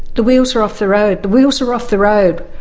the wheels are off the road, the wheels are off the road.